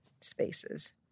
spaces